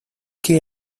que